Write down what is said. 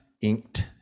Inked